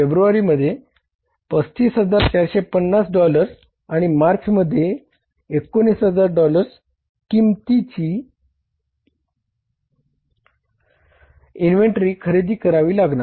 February मध्ये 35450 dollars आणि March मध्ये 19000 डॉलर्स किंमतीचे इन्व्हेंटरी खरेदी करावी लागणार